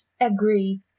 agree